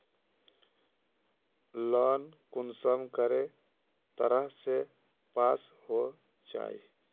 Loan कुंसम करे तरह से पास होचए?